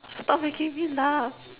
stop making me laugh